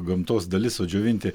gamtos dalis sudžiovinti